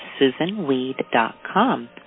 susanweed.com